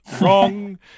Wrong